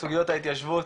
סוגיות ההתיישבות